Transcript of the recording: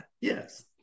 Yes